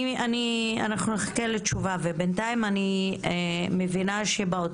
אנחנו נחכה לתשובה מכם ובינתיים אני מבינה שבמשרד